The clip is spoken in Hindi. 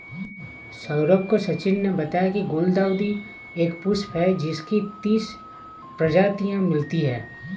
सौरभ को सचिन ने बताया की गुलदाउदी एक पुष्प है जिसकी तीस प्रजातियां मिलती है